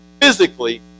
physically